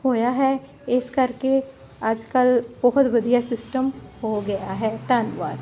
ਹੋਇਆ ਹੈ ਇਸ ਕਰਕੇ ਅੱਜ ਕੱਲ ਬਹੁਤ ਵਧੀਆ ਸਿਸਟਮ ਹੋ ਗਿਆ ਹੈ ਧੰਨਵਾਦ